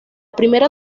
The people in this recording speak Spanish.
primera